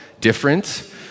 different